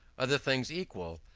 other things equal,